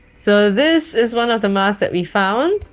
so this is one of the masks that we found,